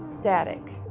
static